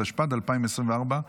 התשפ"ד 2024,